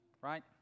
right